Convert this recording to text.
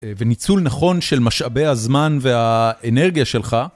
וניצול נכון של משאבי הזמן והאנרגיה שלך.